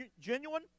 genuine